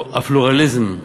הפלורליזם,